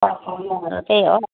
त्यही हो